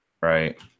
right